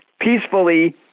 peacefully